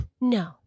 no